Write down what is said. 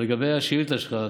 אבל לגבי השאילתה שלך,